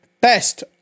Best